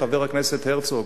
חבר הכנסת הרצוג?